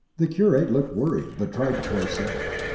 the curate looked worried, but tried to play safe.